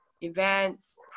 events